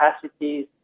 capacities